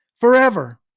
forever